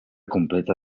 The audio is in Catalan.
completa